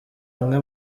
bimwe